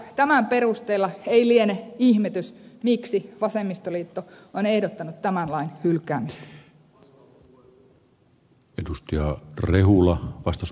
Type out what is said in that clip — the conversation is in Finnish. tämän perusteella ei liene ihmetys miksi vasemmistoliitto on ehdottanut tämän lain hylkäämistä